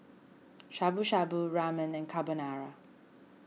Shabu Shabu Ramen and Carbonara